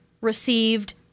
received